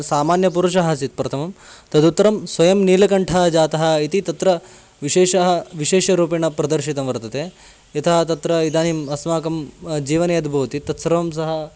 सामान्यपुरुषः आसीत् प्रथमं तदुत्तरं स्वयं नीलकण्ठः जातः इति तत्र विशेषः विशेषरूपेण प्रदर्शितं वर्तते यतः तत्र इदानीम् अस्माकं जीवने यद् भवति तत्सर्वं सः